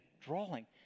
drawing